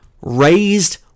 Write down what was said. raised